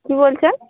কী বলছেন